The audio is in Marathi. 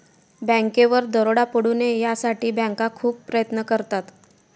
बँकेवर दरोडा पडू नये यासाठी बँका खूप प्रयत्न करतात